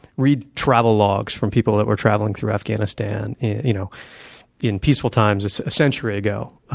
read travelogues from people that were traveling through afghanistan you know in peaceful times a century ago.